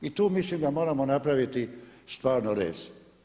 I tu mislim da moramo napraviti stvarno rez.